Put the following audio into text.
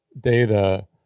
data